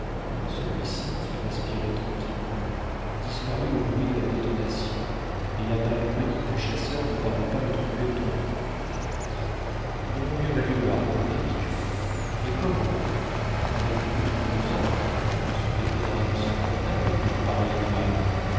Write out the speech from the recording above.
celui-ci qui respirait tranquillement disparut au bruit de la détonation et la balle conique du chasseur ne parut pas le troubler autrement il aurait mieux valu le harponner dit joe et comment avec une de nos ancres c'eût été un hameçon convenable pour un pareil animal